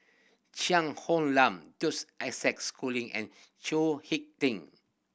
Cheang Hong Lam Joseph Isaac Schooling and Chao Hick Tin